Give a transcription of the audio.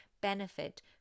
benefit